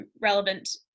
relevant